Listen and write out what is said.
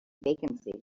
vacancy